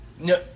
No